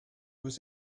was